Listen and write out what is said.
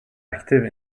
active